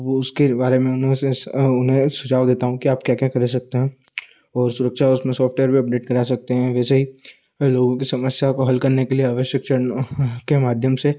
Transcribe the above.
वो उसके बारे में मैं उसे उन्हें सुझाव देता हूँ क्या आप क्या क्या कर सकते हैं और सुरक्षा उसमें सॉफ्टवेयर भी अपडेट करा सकते हैं वैसे ही मैं लोगों कि समस्याओं को हल करने के लिए आवश्यक चरणों के माध्यम से